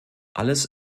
alles